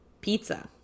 Pizza